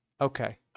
okay